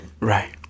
Right